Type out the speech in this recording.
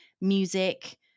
music